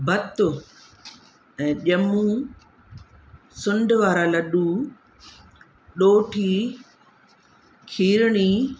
भत्त ऐं जमूं सुंड वारा लड्डू ॾोठी खीरणी